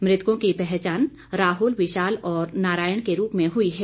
मृतकों की पहचान राहुल विशाल और नारायण के रूप में हुई है